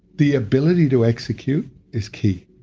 the ability to execute is key.